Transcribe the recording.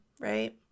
right